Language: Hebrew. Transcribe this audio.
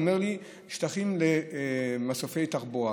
הוא אומר לי: שטחים למסופי תחבורה.